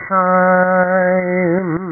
time